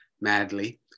madly